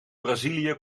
brazilië